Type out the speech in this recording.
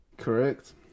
Correct